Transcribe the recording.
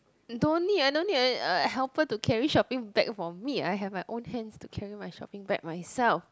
don't need I don't need uh I don't need a helper to carry shopping bag for me I have my own hands to carry my shopping bag myself